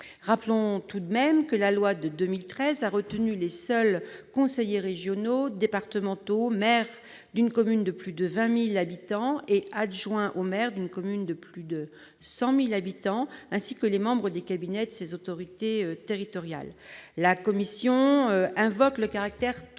rappelons tout de même que la loi de 2013 a retenu les seuls conseillers régionaux, départementaux, maire d'une commune de plus de 20000 habitants et adjoint au maire d'une commune de plus de 100000 habitants, ainsi que les membres des cabinets de ces autorités territoriales la commission invoque le caractère